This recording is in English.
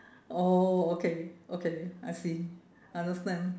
oh okay okay I see understand